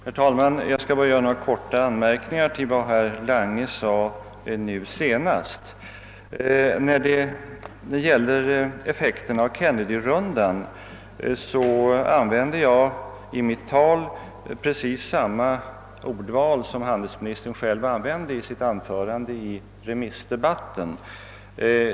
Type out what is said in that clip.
Herr talman! Jag skall bara göra några anmärkningar till vad herr Lange senast yttrade. När det gällde effekten av Kennedyronden använde jag precis samma ordval som handelsministern i sitt anförande i remissdebatten.